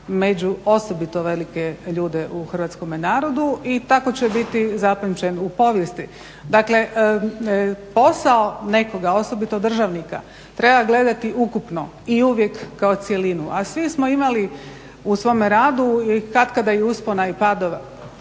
među osobito velike ljude u hrvatskome narodu i tako će biti zapamćen u povijesti. Dakle posao nekoga osobito državnika treba gledati ukupno i uvijek kao cjelinu, a svi smo imali u svome radu katkada i uspona i padova,